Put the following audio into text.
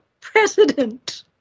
president